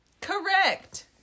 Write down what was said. Correct